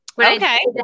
Okay